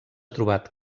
trobat